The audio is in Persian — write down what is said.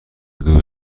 دور